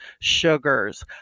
sugars